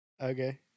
Okay